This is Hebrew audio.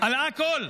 על הכול?